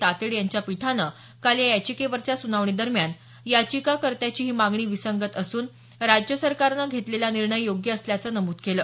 तातेड यांच्या पीठानं काल या याचिकेवरच्या सुनावणी दरम्यान याचिकाकर्त्याची ही मागणी विसंगत असून राज्य सरकारन घेतलेला निर्णय योग्य असल्याचं नमूद केलं